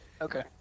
Okay